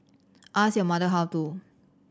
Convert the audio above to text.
ask your mother how to